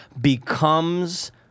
becomes